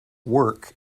work